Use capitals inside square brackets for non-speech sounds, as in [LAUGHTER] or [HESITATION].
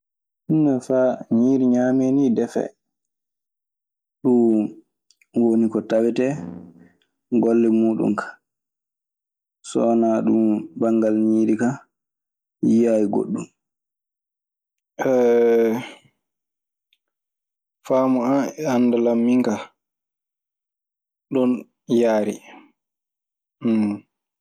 Ɗum nee faa ñiiri ñaamee ni defee. Ɗun woni ko tawetee golle muuɗun kaa. So wanaa ɗun banngal ñiiri kaa, mi yiyaayi goɗɗun. [HESITATION] Faamu an e anndal an min kaa ɗun yaari. [NOISE]